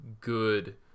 good